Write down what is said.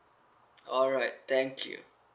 alright thank you